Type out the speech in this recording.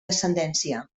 descendència